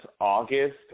August